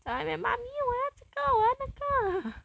在那边 mummy 我要这个我要那个